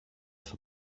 στο